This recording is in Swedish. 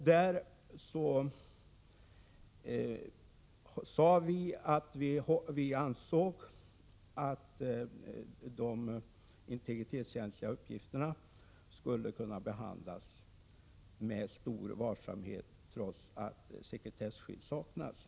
Utskottet anförde att de integritetskänsliga uppgifter det här gällde borde kunna behandlas med stor varsamhet trots att sekretesskydd saknades.